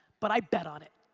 but i bet on it.